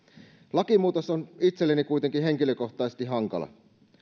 lakimuutos on itselleni kuitenkin henkilökohtaisesti hankala